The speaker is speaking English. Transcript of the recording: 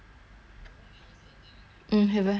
mm haven't haven't haven't haven't oh ya but